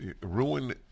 ruin